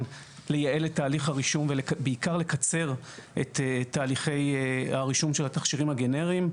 לייעל את תהליך הרישום ולקצר את תהליכי הרישום של התכשירים הגנריים.